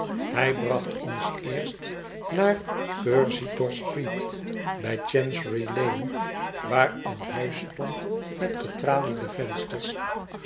hij bracht ons eerst naar cursitor street bij c h a n c e r y l a n e waar een huis stond met getraliede vensters